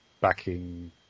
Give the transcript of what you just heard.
backing